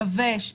יבש,